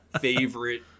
favorite